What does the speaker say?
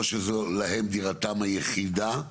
או שזו להם דירתם היחידה,